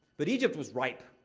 but egypt was ripe.